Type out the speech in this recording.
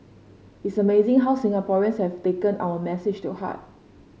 it's amazing how Singaporeans have taken our message to heart